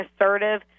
assertive